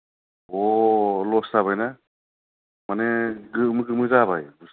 अ लस जाबायना माने गोमो गोमो जाबाय बस्तुवा